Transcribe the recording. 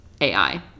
ai